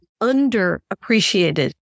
underappreciated